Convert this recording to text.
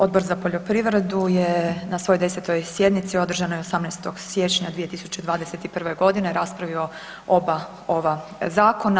Odbor za poljoprivredu je na svojoj 10. sjednici održanoj 18. siječnja 2021. g. raspravio oba ova zakona.